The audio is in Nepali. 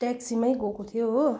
ट्याक्सीमै गएको थियौँ हो